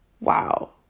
wow